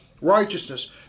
righteousness